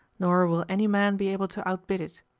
nor will any man be able to outbid it.